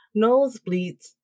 nosebleeds